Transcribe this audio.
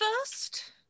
first